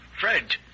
Fred